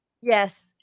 Yes